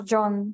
John